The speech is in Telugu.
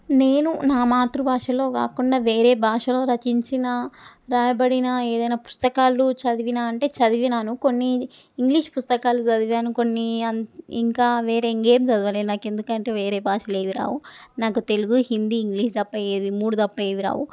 నేను నా మాతృభాషలో గాకుండా వేరే భాషలో రచించిన రాయబడిన ఏదైనా పుస్తకాలు చదివినా అంటే చదివినాను కొన్ని ఇంగ్లీష్ పుస్తకాలు చదివాను కొన్ని అన్ ఇంకా వేరే ఇంకేం చదవలేదు నాకు ఎందుకంటే వేరే భాషలు ఏవీ రావు నాకు తెలుగు హిందీ ఇంగ్లీష్ తప్ప ఏవీ ఈ మూడు తప్ప ఏవీ రావు